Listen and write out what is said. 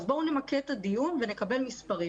אז בואו נמקד את הדיון ונקבל מספרים,